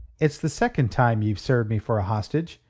it's the second time ye've served me for a hostage.